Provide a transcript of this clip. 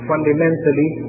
Fundamentally